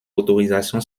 autorisation